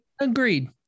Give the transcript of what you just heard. Agreed